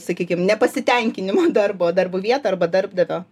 sakykim nepasitenkinimo darbo darbo vieta arba darbdavio